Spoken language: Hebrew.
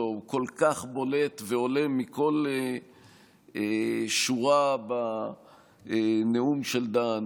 הוא כל כך בולט ועולה מכל שורה בנאום של דן